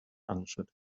answered